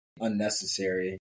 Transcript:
unnecessary